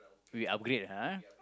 we upgrade ah ah